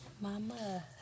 mama